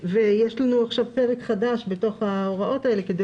יש לנו עכשיו פרק חדש בהוראות האלה, כדי